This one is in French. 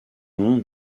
nom